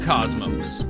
Cosmos